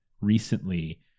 recently